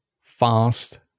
fast